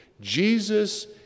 Jesus